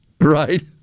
right